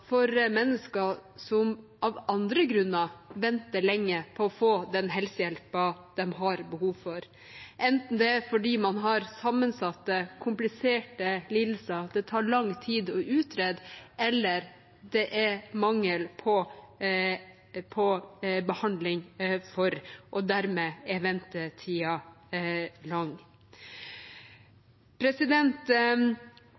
for mennesker som av andre grunner venter lenge på å få den helsehjelpen de har behov for, enten det er fordi man har sammensatte, kompliserte lidelser det tar lang tid å utrede eller det er mangel på behandling for, og at ventetiden dermed er